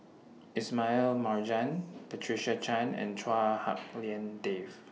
Ismail Marjan Patricia Chan and Chua Hak Lien Dave